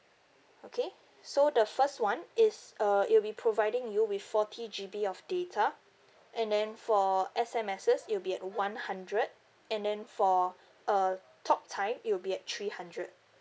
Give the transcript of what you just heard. okay so the first one is uh it will be providing you with forty G_B of data and then for S_M_S it'll be at one hundred and then for uh talk time it'll be at three hundred